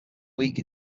week